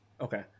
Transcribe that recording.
okay